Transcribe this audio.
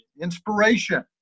inspiration